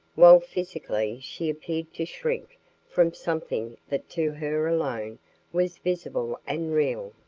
while physically she appeared to shrink from something that to her alone was visible and real.